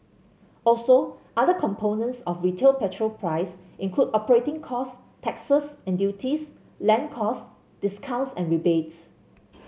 also other components of retail petrol price include operating costs taxes and duties land costs discounts and rebates